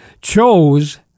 chose